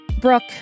Brooke